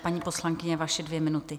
Paní poslankyně, vaše dvě minuty.